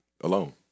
Alone